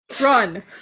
run